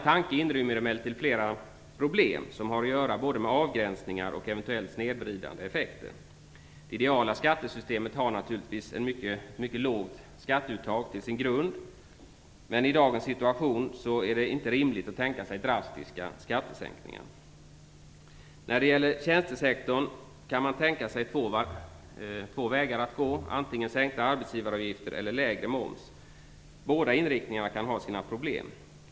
Tanken inrymmer emellertid flera problem, som har att göra med både avgränsningar och eventuellt snedvridande effekter. Det ideala skattesystemet har naturligtvis ett mycket lågt skatteuttag som grund. I dagens situation är det inte rimligt att tänka sig drastiska skattesänkningar. När det gäller tjänstesektorn kan man därför tänka sig två vägar att gå, antingen lägre arbetsgivaravgifter eller lägre moms. Båda inriktningarna kan ha sina problem.